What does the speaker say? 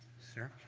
sir.